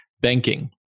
banking